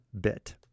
bit